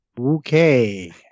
Okay